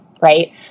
right